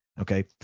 Okay